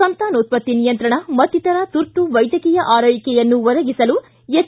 ಸಂತಾನೋತ್ಪತ್ತಿ ನಿಯಂತ್ರಣ ಮತ್ತಿತರ ತುರ್ತು ವೈದ್ಯಕೀಯ ಆರೈಕೆಯನ್ನು ಒದಗಿಸಲು ಎಚ್